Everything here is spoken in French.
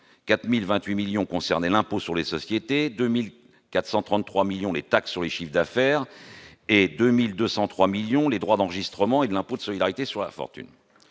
4 028 millions concernaient l'impôt sur les sociétés, 2 433 millions les taxes sur le chiffre d'affaires et 2 203 millions les droits d'enregistrement et l'impôt de solidarité sur la fortune.